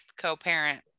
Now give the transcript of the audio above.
co-parent